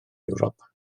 ewrop